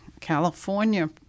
California